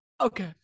Okay